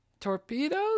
Torpedoes